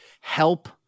help